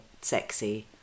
sexy